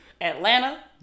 Atlanta